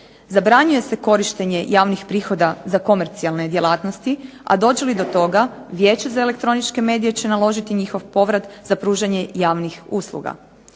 Zabranjuje se korištenje javnih prihoda za komercijalne djelatnosti, a dođe li do toga Vijeće za elektroničke medije će naložiti njihov povrat za pružanje javnih usluga.